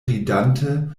ridante